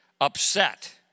upset